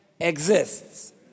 exists